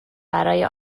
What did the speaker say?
برای